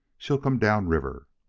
she'll come down river.